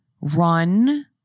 run